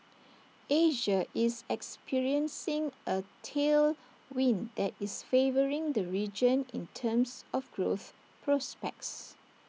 Asia is experiencing A tailwind that is favouring the region in terms of growth prospects